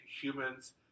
humans